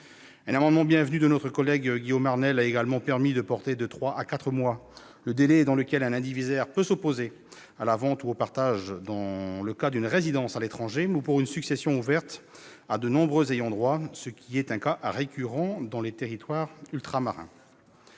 Un amendement bienvenu de notre collègue Guillaume Arnell a également permis de porter de trois à quatre mois le délai dans lequel un indivisaire peut s'opposer à la vente ou au partage, dans le cas d'une résidence à l'étranger ou pour une succession ouverte à de nombreux ayants droit, ce qui est un cas récurrent dans les territoires ultramarins.